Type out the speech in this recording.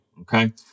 Okay